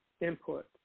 input